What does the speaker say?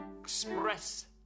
express